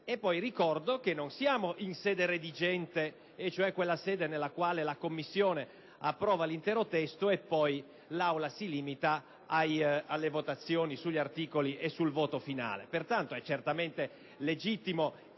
e poi ricordo che non siamo in sede redigente, cioè quella sede in cui la Commissione approva l'intero testo e poi l'Aula si limita alla votazione degli articoli ed al voto finale; pertanto è certamente legittimo